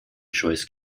choice